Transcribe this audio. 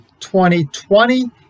2020